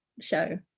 show